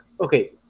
okay